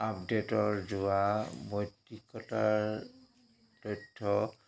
আপডেটৰ যোৱা মৈত্ৰীকতাৰ তথ্য